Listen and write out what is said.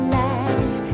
life